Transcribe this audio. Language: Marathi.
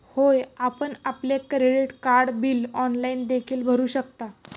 होय, आपण आपले क्रेडिट कार्ड बिल ऑनलाइन देखील भरू शकता